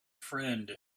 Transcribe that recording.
friend